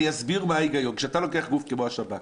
אני אסביר מה ההיגיון: כשאתה לוקח גוף כמו השב"כ